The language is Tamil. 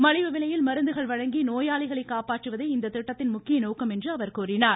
மலிவு விலையில் மருந்துகள் வழங்கி நோயாளிகளை காப்பாற்றுவதே இத்திட்டத்தின் முக்கிய நோக்கம் என்று அவர் கூறினார்